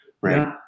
right